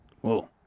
Whoa